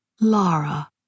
Lara